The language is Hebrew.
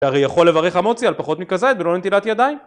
והרי יכול לברך המוציא על פחות מכזית בלא נטילת ידיים?